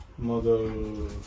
model